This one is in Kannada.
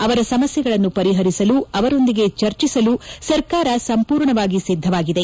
ಅವರ ಸಮಸ್ವೆಗಳನ್ನು ಪರಿಹರಿಸಲು ಅವರೊಂದಿಗೆ ಚರ್ಚಿಸಲು ಸರ್ಕಾರ ಸಂಪೂರ್ಣವಾಗಿ ಸಿದ್ದವಾಗಿದೆ